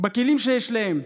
בכלים שיש להם,